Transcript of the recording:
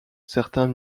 certains